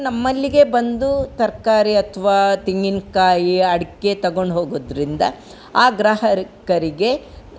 ನಮ್ಮಲ್ಲಿಗೇ ಬಂದು ತರಕಾರಿ ಅಥವಾ ತೆಂಗಿನಕಾಯಿ ಅಡಿಕೆ ತಗೊಂಡು ಹೋಗೋದರಿಂದ ಆ ಗ್ರಾಹಕರಿಗೆ